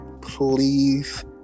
Please